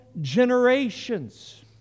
generations